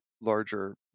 larger